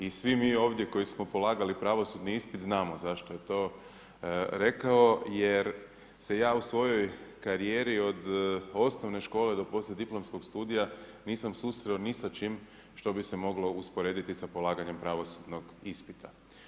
I svi mi ovdje koji smo polagali pravosudni ispit znamo zašto je to rekao jer se ja u svojoj karijeri od osnovne škole do poslijediplomskog studija nisam susreo ni sa čim što bi se moglo usporediti sa polaganjem pravosudnog ispita.